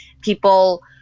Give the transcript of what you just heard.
people